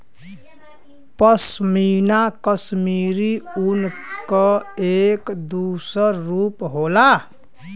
पशमीना कशमीरी ऊन क एक दूसर रूप होला